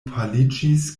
paliĝis